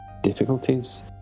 difficulties